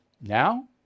Now